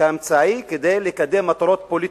כאמצעי לקידום מטרות פוליטיות,